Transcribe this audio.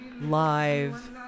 live